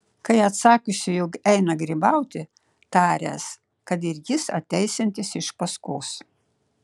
kai atsakiusi jog eina grybauti taręs kad ir jis ateisiantis iš paskos